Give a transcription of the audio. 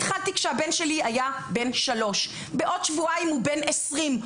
התחלתי כשהבן שלי היה בן שלוש בעוד שבועיים הוא בן 20,